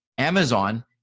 Amazon